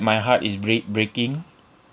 my heart is brea~ breaking